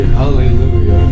hallelujah